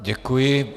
Děkuji.